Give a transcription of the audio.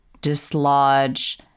dislodge